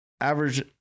average